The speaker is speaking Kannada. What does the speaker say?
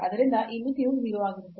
ಆದ್ದರಿಂದ ಈ ಮಿತಿಯು 0 ಆಗಿರುತ್ತದೆ